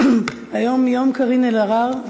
היום יום קארין אלהרר.